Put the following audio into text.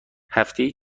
هفتهای